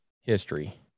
history